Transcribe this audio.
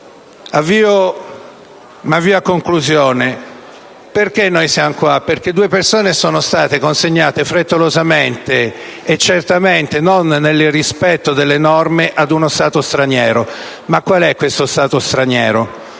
avvio a conclusione. Perché siamo qua? Perché due persone sono state consegnate frettolosamente, e certamente non nel rispetto delle norme, ad uno Stato straniero. Ma qual è questo Stato straniero?